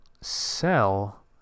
sell